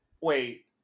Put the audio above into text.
wait